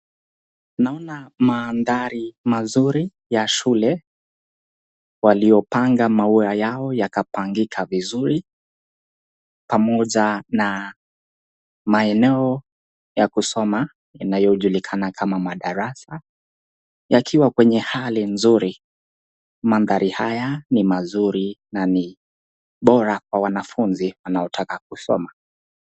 Naona mandhari mazuri ya shule waliopanga maua yao yakapangika vizuri pamoja na maeneo ya kusoma inayojulikana kama madarasa yakiwa kwenye hali nzuri. Mandhari haya ni mazuri na ni bora kwa wanafunzi wanaotaka kusoma.